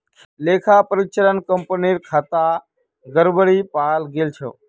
लेखा परीक्षणत कंपनीर खातात गड़बड़ी पाल गेल छ